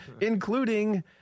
including